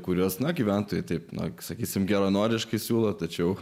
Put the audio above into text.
kuriuos na gyventojų taip na sakysime geranoriškai siūlo tačiau